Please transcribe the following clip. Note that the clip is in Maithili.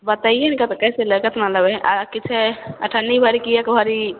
बतैयै ने कैसे लऽ केतना लेबै आर कि छै अठन्नी भरि कि एक भरि